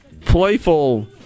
playful